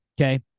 Okay